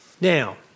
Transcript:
Now